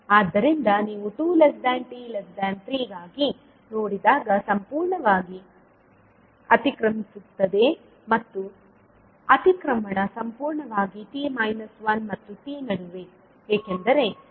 ಆದ್ದರಿಂದ ನೀವು 2t3 ಗಾಗಿ ನೋಡಿದಾಗ ಸಂಪೂರ್ಣವಾಗಿ ಅತಿಕ್ರಮಿಸುತ್ತದೆ ಮತ್ತು ಅತಿಕ್ರಮಣ ಸಂಪೂರ್ಣವಾಗಿ ಮತ್ತು t ನಡುವೆ ಏಕೆಂದರೆ x1 ಕಾರ್ಯವು t 1 ರಿಂದ t ವರೆಗೆ ಇರುತ್ತದೆ